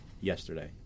yesterday